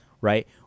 right